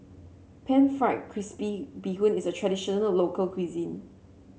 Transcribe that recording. pan fried crispy Bee Hoon is a traditional local cuisine